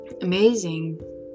Amazing